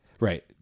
Right